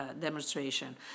demonstration